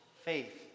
faith